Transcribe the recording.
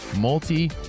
multi